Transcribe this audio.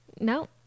No